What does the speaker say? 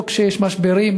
לא כשיש משברים,